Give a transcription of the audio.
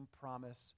promise